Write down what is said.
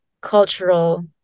cultural